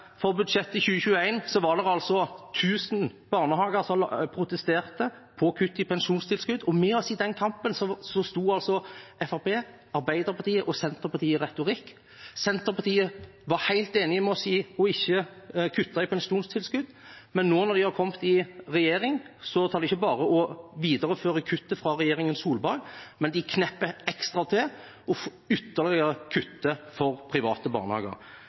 var det altså 1 000 barnehager som protesterte på kutt i pensjonstilskudd, og i den kampen sto altså Arbeiderpartiet og Senterpartiet sammen med Fremskrittspartiet i retorikk. Senterpartiet var helt enig med oss om ikke å kutte i pensjonstilskudd. Men nå, når de har kommet i regjering, viderefører de ikke bare kuttet fra regjeringen Solberg, men de knepper til litt ekstra og kutter ytterligere for private barnehager.